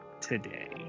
today